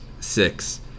Six